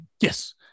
Yes